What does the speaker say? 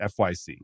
FYC